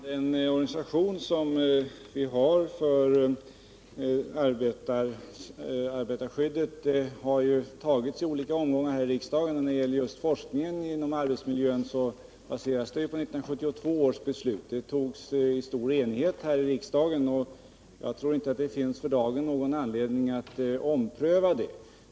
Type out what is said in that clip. Herr talman! Den organisation som vi har för arbetarskyddet har beslutats i olika omgångar här i riksdagen och just forskningen inom arbetsmiljön baseras på 1972 års beslut. Det togs i stor enighet här i riksdagen, och jag tror inte att det för dagen finns någon anledning att ompröva det.